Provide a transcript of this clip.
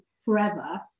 forever